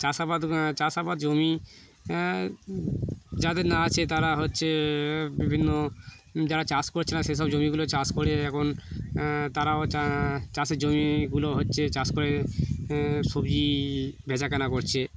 চাষাবাদ চাষাবাদ জমি যাদের না আছে তারা হচ্ছে বিভিন্ন যারা চাষ করছে না সেসব জমিগুলো চাষ করে এখন তারাও চা চাষের জমিগুলো হচ্ছে চাষ করে সবজি বেচাকেনা করছে